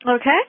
Okay